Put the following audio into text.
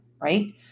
right